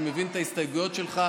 אני מבין את ההסתייגויות שלך.